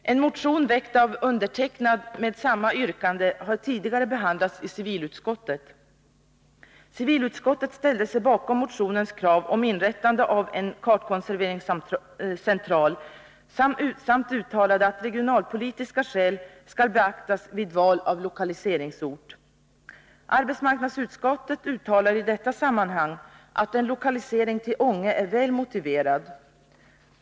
En motion väckt av mig med samma yrkande har tidigare behandlats i civilutskottet. Civilutskottet ställde sig bakom motionens krav på inrättande av en kartkonserveringscentral samt uttalade att regionalpolitiska skäl skall beaktas vid val av lokaliseringsort. Arbetsmarknadsutskottet uttalar i detta sammanhang att en lokalisering till Ånge är väl motiverad.